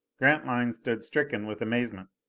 grantline stood stricken with amazement.